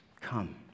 Come